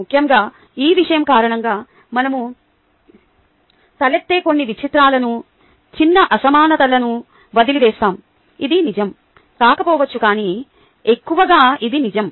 ముఖ్యంగా ఈ విషయం కారణంగామనం తలెత్తే కొన్ని విచిత్రాలను చిన్న అసమానతలను వదిలివేస్తాము ఇది నిజం కాకపోవచ్చు కాని ఎక్కువగా ఇది నిజం